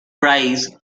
prize